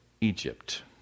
Egypt